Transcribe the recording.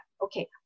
Okay